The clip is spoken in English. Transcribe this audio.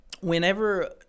whenever